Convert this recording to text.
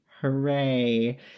Hooray